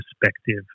perspective